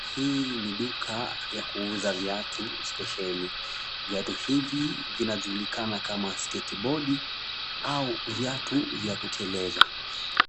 Hii ni duka ya kuuza viatu spesheli. Viatu hivi vinajulikana kama sketibodi au viatu vya kuteleza.